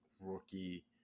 rookie